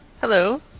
Hello